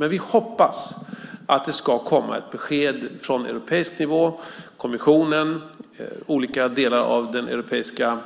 Men vi hoppas att det ska komma ett besked från europeisk nivå, från kommissionen, från olika delar av det europeiska